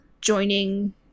joining